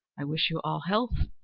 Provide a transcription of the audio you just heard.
i wish you all health,